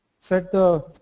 seto